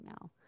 now